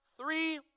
Three